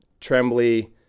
trembly